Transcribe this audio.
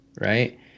right